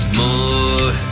more